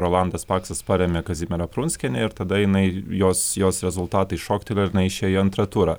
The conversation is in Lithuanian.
rolandas paksas parėmė kazimierą prunskienę ir tada jinai jos jos rezultatai šoktelėjo na išėjo į antrą turą